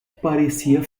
parecia